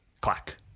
clack